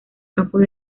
campos